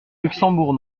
luxembourg